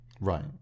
Right